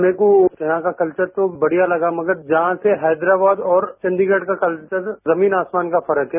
मेको यहां का कल्वर तो बढ़िया लगा मगर यहां से हैदराबाद और चंडीगढ़ का कल्वर में जमीन आसमान का फरक है